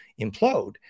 implode